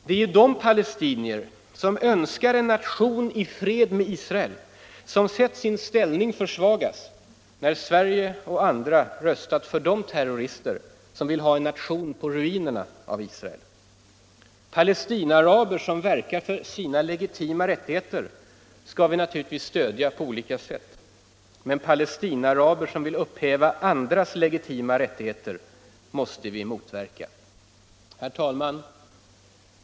Det är ju de palestinier, som önskar en nation i fred med Israel, som sett sin ställning försvagas när Sverige och andra röstat för de terrorister som vill en nation på ruinerna av Israel. Palestinaaraber som verkar för ”sina legitima rättigheter” skall vi naturligtvis stödja på olika sätt. Men Palestinaaraber som vill upphäva andras legitima rättigheter måste vi motverka.